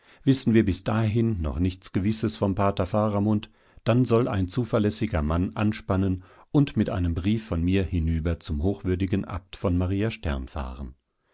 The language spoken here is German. wissen wir bis dahin noch nichts gewisses vom pater faramund dann soll ein zuverlässiger mann anspannen und mit einem brief von mir hinüber zum hochwürdigen abt von maria stern fahren